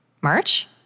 March